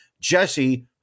Jesse